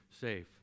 safe